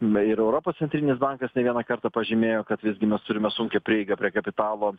na ir europos centrinis bankas ne vieną kartą pažymėjo kad visgi mes turime sunkią prieigą prie kapitalo